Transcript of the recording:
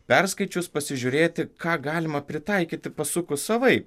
perskaičius pasižiūrėti ką galima pritaikyti pasukus savaip